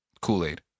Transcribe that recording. Kool-Aid